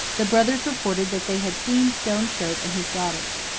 the brothers reported that they had seen stone shirt and his daughters.